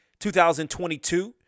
2022